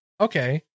Okay